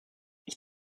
ich